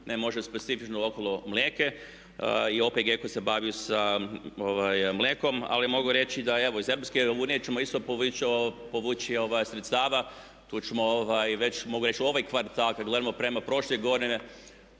specifičnom oko mlijeka i OPG-ima koji se bave sa mlijekom. Ali mogu reći da evo iz EU ćemo isto povući sredstva, tu ćemo već u ovom kvartalu kad gledamo prema prošloj godini